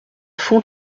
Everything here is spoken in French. font